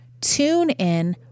TuneIn